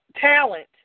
Talent